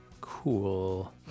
cool